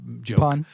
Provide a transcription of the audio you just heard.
joke